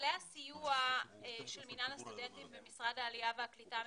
כללי הסיוע של מינהל הסטודנטים במשרד העלייה והקליטה,